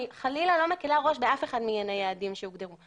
אני חלילה לא מקלה ראש באף אחד מהיעדים שהוגדרו.